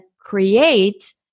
create